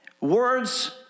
Words